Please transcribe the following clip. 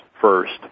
first